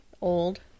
Old